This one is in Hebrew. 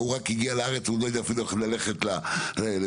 הגיע לסניף בנתב"ג של